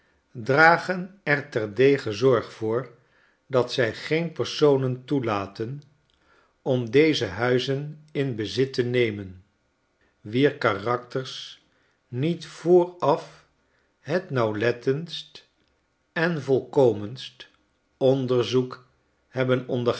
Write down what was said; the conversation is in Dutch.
dragen er terdege zorg voor dat zij geen personen toelaten om deze huizen in bezit te nemen wier karakters niet vooraf het nauwlettendst en volkomenst onderzoek hebben onder